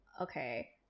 okay